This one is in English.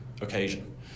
occasion